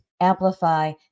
amplify